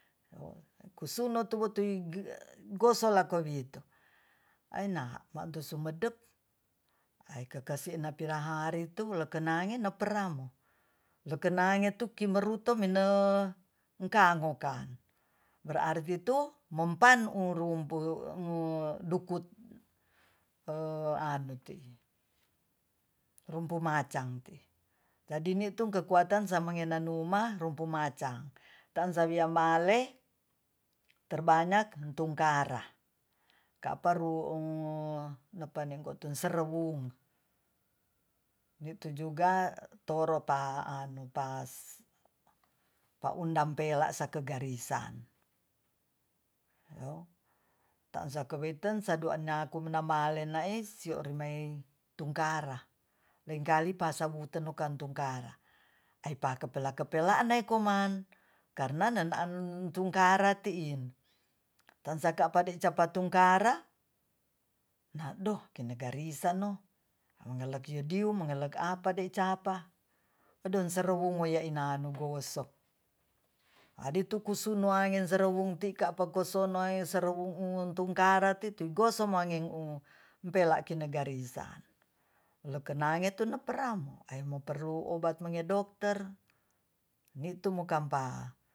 gosalako guwite aina maanto sumedek aikakasima'a piraanga haritu lakenangi no peramo lakenangitu kimeruto min engkangoka berarti tu mempan urumpe u dukut anu tiin rumpu macang tiin jadinitu kekuatan samengananuma rumpu macang taansawiamale terbanyak hentung kara kapare napanengutun serewung ni tu juga toro pa pas pa undampela sake garisan taansakoweiten saduana kunmina malenais siu riami tungkara lengkali pasawuten nongka tengkara aipaka pela pelanekoman karna nanaan tungkara tiin tansakadepasaka tungkara na do kenegarisa no mengalakiadiu mengalakiadiu mengelek apade capa eden seruwung moia inanu gosok aditukusun noange serewung ti'pakapa kosonoe serwunggu tungkara ti tugosok mangengu empela kinegarisa lukenange tunaparamo aimo perlu ubat mange dokter ni'tu mokampa